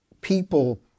people